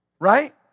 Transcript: right